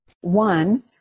One